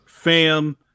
Fam